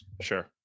Sure